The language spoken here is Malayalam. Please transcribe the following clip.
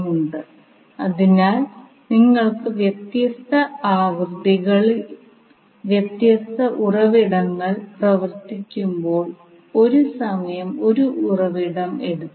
നമുക്ക് ആശ്രിത കറണ്ട് ഉറവിടവും 0